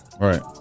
Right